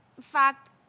fact